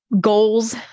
goals